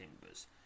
timbers